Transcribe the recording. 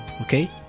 okay